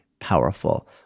powerful